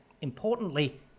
importantly